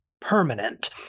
permanent